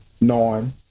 nine